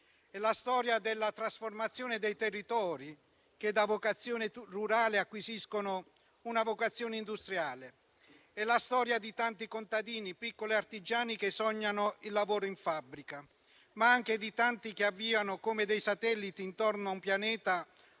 È la storia della trasformazione dei territori, che da vocazione rurale acquisiscono una vocazione industriale. È la storia di tanti contadini e piccoli artigiani che sognano il lavoro in fabbrica, ma anche di tanti che avviano, come dei satelliti intorno a un pianeta,